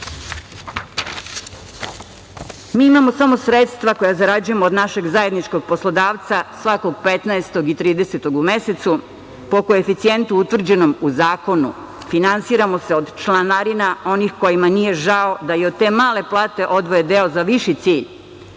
imamo samo sredstva koja zarađujemo od našeg zajedničkog poslodavca svakog 15. i 30. u mesecu po koeficijentu utvrđenom u zakonu. Finansiramo se od članarina onih kojima nije žao da i od te male plate odvoje deo za viši cilj